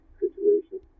situation